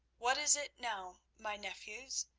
what is it now, my nephews?